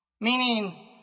Meaning